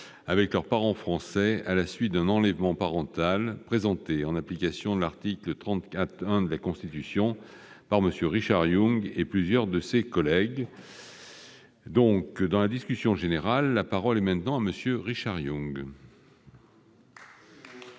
avec leur parent français à la suite d'un enlèvement parental présentée, en application de l'article 34-1 de la Constitution, par M. Richard Yung et plusieurs de ses collègues (proposition n° 29). Dans la discussion générale, la parole est à M. Richard Yung,